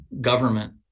government